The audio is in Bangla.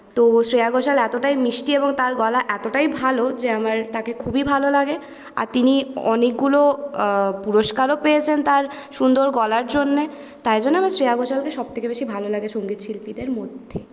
তো শ্রেয়া ঘোষাল এতটাই মিষ্টি এবং তার গলা এতটাই ভালো যে আমার তাকে খুবই ভালো লাগে আর তিনি অনেকগুলো পুরষ্কারও পেয়েছেন তার সুন্দর গলার জন্যে তাই জন্যে আমার শ্রেয়া ঘোষালকে সবথেকে বেশি ভালো লাগে সংগীত শিল্পীদের মধ্যে